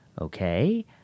Okay